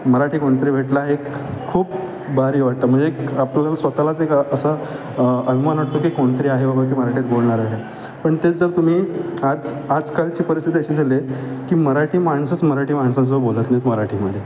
मराठी कोणी तरी भेटला एक खूप भारी वाटतं म्हणजे एक आपल्याला स्वतःलाच एक असं अभिमान वाटतो की कोणी तरी आहे बघा की मराठीत बोलणार आहे पण तेच जर तुम्ही आज आजकालची परिस्थिती अशी झाले की मराठी माणसंच मराठी माणसं जर बोलत नाहीत मराठीमध्ये